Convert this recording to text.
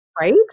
Right